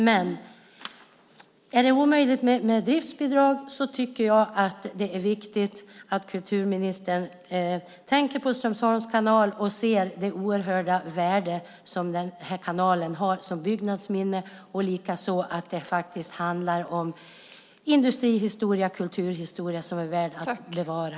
Även om det är omöjligt att få driftsbidrag tycker jag att det är viktigt att kulturministern tänker på Strömsholms kanal och ser det oerhörda värde som kanalen har som byggnadsminne. Det handlar om en industri och kulturhistoria värd att bevara.